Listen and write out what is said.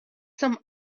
some